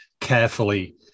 carefully